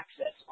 access